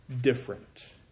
different